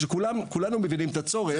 שכולנו מבינים את הצורך.